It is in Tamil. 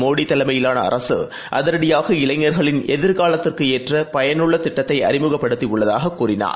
மோடிதலைமையிலானஅரசுஅதிரடியாக இளைஞர்களின் எதிர்காலத்திற்கேற்றபயனுள்ளதிட்டத்தைஅறிமுகப்படுத்தியுள்ளதாகஅவர் கூறினார்